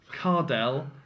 Cardell